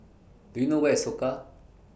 Do YOU know Where IS Soka